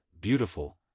beautiful